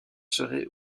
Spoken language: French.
seraient